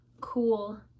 cool